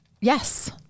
Yes